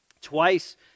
Twice